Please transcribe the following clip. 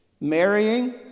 marrying